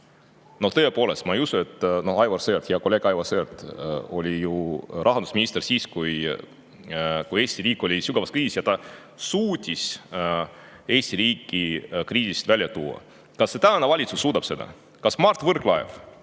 Ja tõepoolest, ma ei usu, et hea kolleeg Aivar Sõerd … Ta oli ju rahandusminister siis, kui Eesti riik oli sügavas kriisis, ja ta suutis Eesti riigi kriisist välja tuua. Kas tänane valitsus suudab seda? Kas Mart Võrklaev